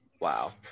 Wow